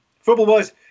Football-wise